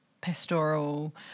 pastoral